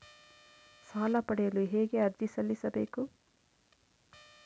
ಸಾಲ ಪಡೆಯಲು ಹೇಗೆ ಅರ್ಜಿ ಸಲ್ಲಿಸಬೇಕು?